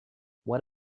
what